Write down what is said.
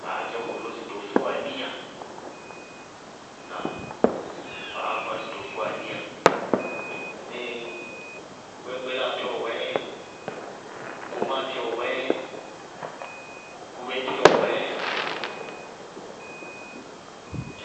Baá tíwɔ kʋrʋ ró sɩ dofóaníya, baá yá kʋná, mɩnísíɩ kpéñkpéláa tíwɔ wɛɛ, komáa tíwɔ wɛɛ, kubé tíwɔ wɛɛ